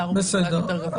בסדר.